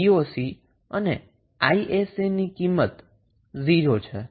𝑣𝑜𝑐 અને 𝑖𝑠𝑐 ની કિંમત 0 છે